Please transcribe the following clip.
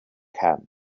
camp